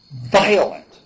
violent